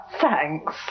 Thanks